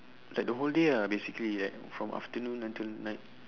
like the whole day ah basically like from afternoon until night